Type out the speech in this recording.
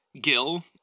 Gil